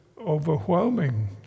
overwhelming